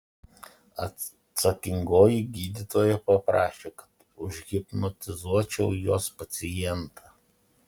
atsakingoji gydytoja paprašė kad užhipnotizuočiau jos pacientą